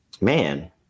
Man